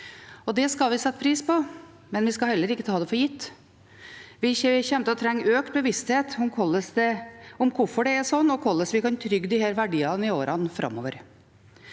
Det skal vi sette pris på, men vi skal heller ikke ta det for gitt. Vi kommer til å trenge økt bevissthet om hvorfor det er slik, og hvordan vi kan trygge disse verdiene i årene framover.